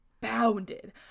bounded